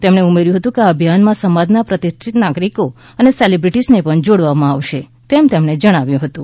તેમણે ઉમેર્યું હતું કે આ અભિયાનમાં સમાજના પ્રતિષ્ઠિત નાગરિકો અને સેલિબ્રીટીઝને પણ જોડવામાં આવશે તેમ પણ તેમણે જણાવ્યું હતું